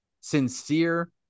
sincere